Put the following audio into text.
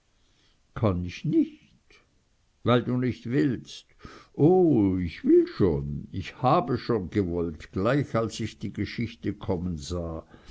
kann ich nicht weil du nicht willst oh ich will schon ich habe schon gewollt gleich als ich die geschichte kommen sah